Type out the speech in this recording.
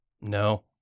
No